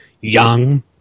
young